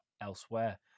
elsewhere